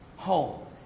home